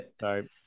Sorry